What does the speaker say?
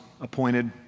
appointed